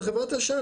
של חברת עשן,